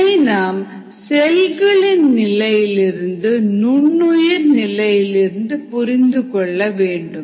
இதை நாம் செல்களின் நிலையிலிருந்து நுண்ணுயிர்நிலையிலிருந்து புரிந்து கொள்ள வேண்டும்